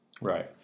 Right